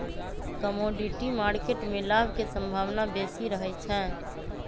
commodity market में लाभ के संभावना बेशी रहइ छै